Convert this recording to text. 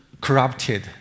corrupted